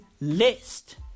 list